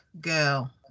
girl